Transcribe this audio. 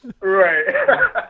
Right